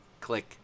Click